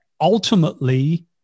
ultimately